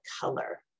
color